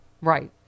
Right